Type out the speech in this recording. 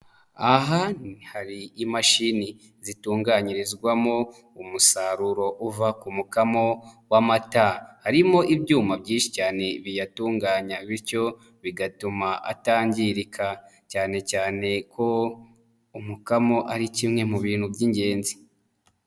Aha hari imashini zitunganyirizwamo umusaruro uva ku mukamo w'amata, harimo ibyuma byinshi cyane biyatunganya bityo bigatuma atangirika, cyane cyane ko umukamo ari kimwe mu bintu by'ingenzi.